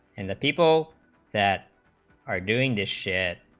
and the people that are doing they should